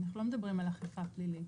אנחנו לא מדברים על אכיפה פלילית.